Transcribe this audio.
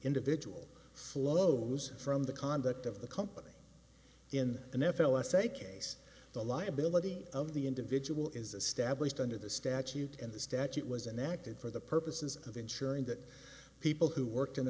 individual flow moves from the conduct of the company in an f l s a case the liability of the individual is a stablished under the statute and the statute was enacted for the purposes of ensuring that people who worked in